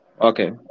Okay